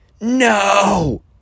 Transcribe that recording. no